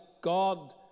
God